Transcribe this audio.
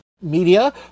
media